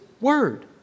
word